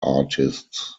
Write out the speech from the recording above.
artists